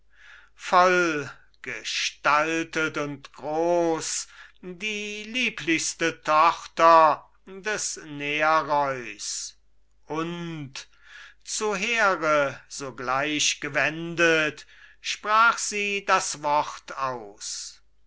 vollgestaltet und groß die lieblichste tochter des nereus und zu here sogleich gewendet sprach sie das wort aus